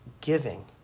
giving